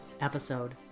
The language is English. episode